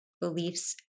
beliefs